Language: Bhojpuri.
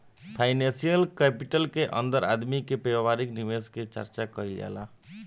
फाइनेंसियल कैपिटल के अंदर आदमी के व्यापारिक निवेश के चर्चा कईल जाला